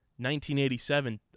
1987